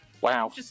Wow